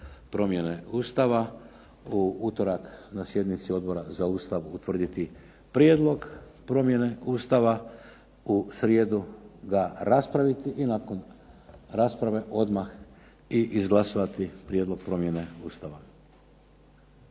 promjene Ustava, u utorak na sjednici Odbora za Ustav utvrditi prijedlog promjene Ustava, u srijedu ga raspraviti i nakon rasprave odmah i izglasovati prijedlog promjene Ustava.